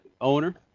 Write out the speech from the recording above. owner